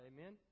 Amen